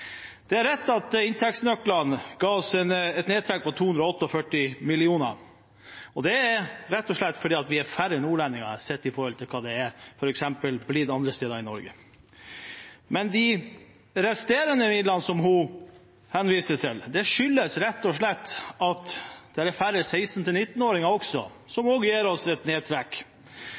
Det er rett at inntektsnøklene ga oss et nedtrekk på 248 mill. kr, rett og slett fordi vi er færre nordlendinger, sett i forhold til hvor mange innbyggere det er andre steder i Norge. Men de resterende midlene som hun henviste til, skyldes rett og slett at det også er færre 16–19-åringer, som også gir oss et nedtrekk.